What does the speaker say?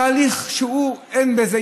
תהליך שאין בזה,